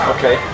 Okay